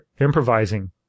improvising